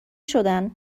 شدن